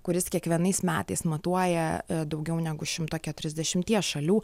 kuris kiekvienais metais matuoja daugiau negu šimto keturiadešimties šalių